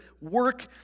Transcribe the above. work